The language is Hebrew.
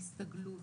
להסתגלות,